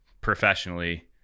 professionally